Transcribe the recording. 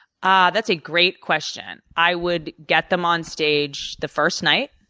ah that's a great question. i would get them on stage the first night.